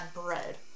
bread